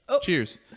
Cheers